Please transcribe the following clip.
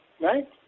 right